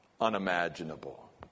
unimaginable